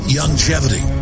Longevity